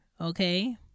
okay